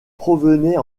provenaient